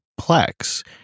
Plex